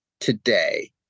today